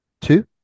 Two